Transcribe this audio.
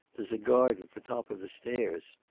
there's a guard at the top of the stairs.